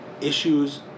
issues